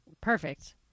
perfect